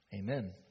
amen